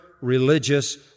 religious